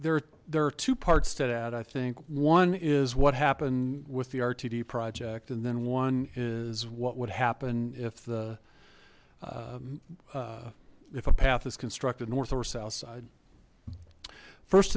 there there are two parts that add i think one is what happened with the rtd project and then one is what would happen if the if a path is constructed north or south side first